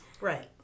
Right